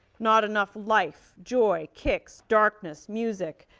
not enough life, joy, kicks, darkness, music,